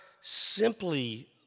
simply